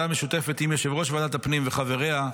משותפת עם יושב-ראש ועדת הפנים וחבריה,